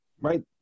right